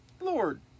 lord